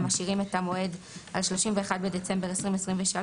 משאירים את המועד על 31 בדצמבר 2023,